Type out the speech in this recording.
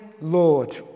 Lord